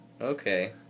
Okay